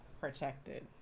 protected